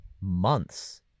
months